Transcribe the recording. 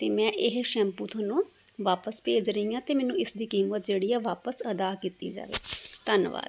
ਅਤੇ ਮੈਂ ਇਹ ਸ਼ੈਂਪੂ ਤੁਹਾਨੂੰ ਵਾਪਸ ਭੇਜ ਰਹੀ ਹਾਂ ਅਤੇ ਮੈਨੂੰ ਇਸ ਦੀ ਕੀਮਤ ਜਿਹੜੀ ਹੈ ਵਾਪਸ ਅਦਾ ਕੀਤੀ ਜਾਵੇ ਧੰਨਵਾਦ